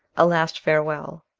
a last farewell.